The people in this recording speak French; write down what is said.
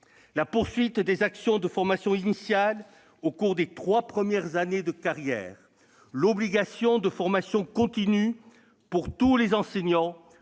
la poursuite des actions de formation initiale au cours des trois premières années de carrière ; l'obligation de formation continue pour tous les enseignants,